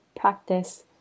practice